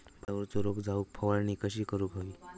भातावरचो रोग जाऊक फवारणी कशी करूक हवी?